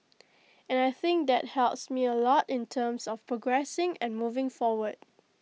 and I think that helps me A lot in terms of progressing and moving forward